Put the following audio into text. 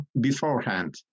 beforehand